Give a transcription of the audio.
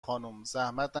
خانومزحمت